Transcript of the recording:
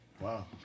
Wow